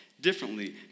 differently